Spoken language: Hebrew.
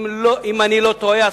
אם אני לא טועה,